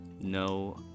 no